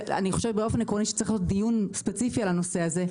ואני חושבת שצריך להיות דיון ספציפי על הנושא הזה,